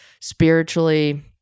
spiritually